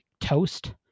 toast